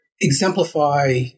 exemplify